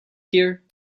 here